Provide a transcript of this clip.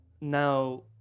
Now